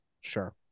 Sure